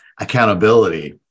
accountability